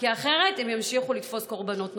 כי אחרת הם ימשיכו לתפוס קורבנות נוספים.